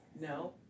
No